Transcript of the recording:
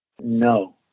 No